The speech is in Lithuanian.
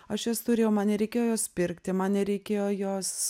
aš jas turėjau man nereikėjo jos pirkti man nereikėjo jos